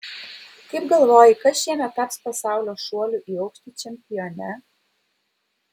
kaip galvoji kas šiemet taps pasaulio šuolių į aukštį čempione